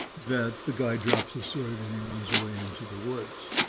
that the guy drops his sword and he runs away into the woods.